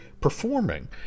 performing